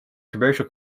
commercial